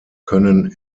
können